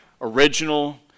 original